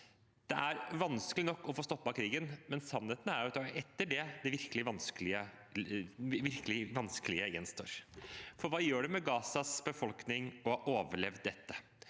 Det er vanskelig nok å få stoppet krigen, men sannheten er at det virkelig vanskelige gjenstår etter det. Hva gjør det med Gazas befolkning å ha overlevd dette?